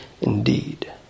indeed